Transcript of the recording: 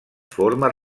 forma